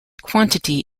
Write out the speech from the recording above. quantity